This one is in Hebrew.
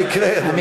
מה יקרה?